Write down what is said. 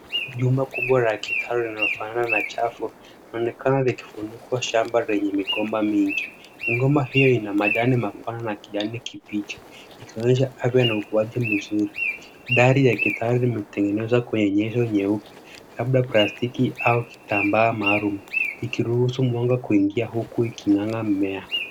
Jumba kubwa la kitalu linalofanana na chafu linaonekana likifunikwa shamba lenye migomba mingi. Migomba hiyo ina majani mapana na kijani kibichi ikionyesha afya na ukuaji mzuri. Dari ya kitalu imetengenezwa kwenye nyenzo nyeupe labda plastiki au kitambaa maalum ikiruhusu mwanga kuingia huku iking'aa mmea.